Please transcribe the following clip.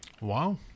Wow